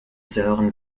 sören